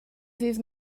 ddydd